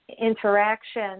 interaction